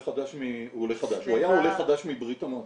הוא היה עולה חדש מברית המועצות.